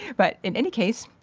but in any case,